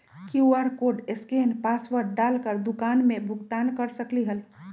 QR code scan password डाल कर दुकान में भुगतान कर सकलीहल?